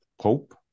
Pope